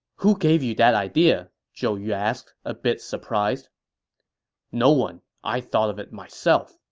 who gave you that idea? zhou yu asked, a bit surprised no one. i thought of it myself,